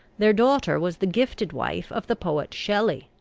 their daughter was the gifted wife of the poet shelley.